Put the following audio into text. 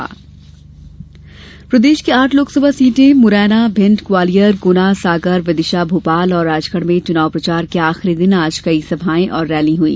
चुनाव प्रचार प्रदेश की आठ लोकसभा सीटें मुरैना भिण्ड ग्वालियर गुना सागर विदिशा भोपाल और राजगढ़ में चुनाव प्रचार के आखिरी दिन आज कई सभायें और रैली हुई